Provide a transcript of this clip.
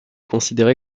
considéré